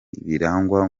birangwa